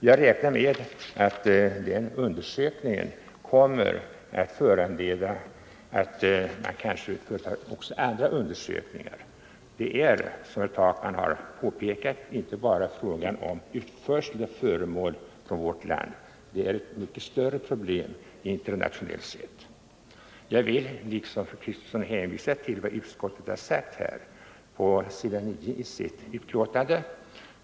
Jag räknar med att den undersökningen kommer att leda till att man företar också andra undersökningar. Det är, som herr Takman påpekat, inte fråga bara om utförsel av föremål från vårt land, utan problemen är mycket större internationellt sett. Jag vill liksom fru Kristensson hänvisa till vad utskottet sagt på s. 9 i betänkandet.